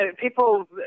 people